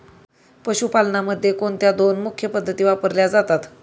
पशुपालनामध्ये कोणत्या दोन मुख्य पद्धती वापरल्या जातात?